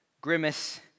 grimace